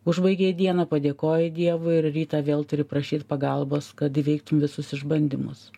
užbaigei dieną padėkojai dievui ir rytą vėl turi prašyt pagalbos kad įveiktum visus išbandymus